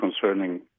concerning